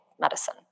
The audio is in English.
medicine